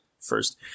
first